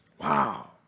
Wow